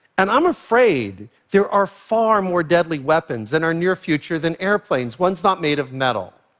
and i'm afraid there are far more deadly weapons in our near future than airplanes, ones not made of metal.